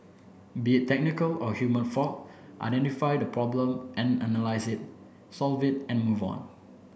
be a technical or human fault identify the problem and analyse it solve it and move on